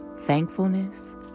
Thankfulness